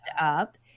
up